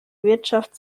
wirtschaft